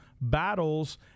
battles